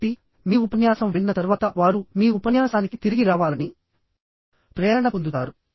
కాబట్టి మీ ఉపన్యాసం విన్న తర్వాత వారు మీ ఉపన్యాసానికి తిరిగి రావాలని ప్రేరణ పొందుతారు